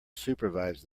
supervise